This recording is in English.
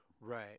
Right